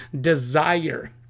desire